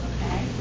Okay